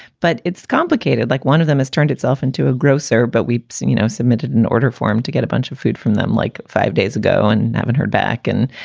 but it's complicated, like one of them has turned itself into a grocer. but we've seen, you know, submitted an order form to get a bunch of food from them like five days ago and haven't heard back. and,